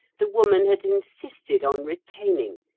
the woman had insisted on retaining,